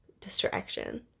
distraction